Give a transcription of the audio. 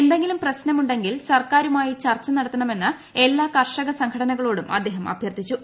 എന്തെങ്കിലും പ്രശ്നം ഉണ്ടെങ്കിൽ സർക്കാരുമായി ചർച്ച നടത്തണമെന്ന് എല്ലാ കർഷക സംഘടനകളോടും അദ്ദേഹം അഭ്യർത്ഥിച്ചു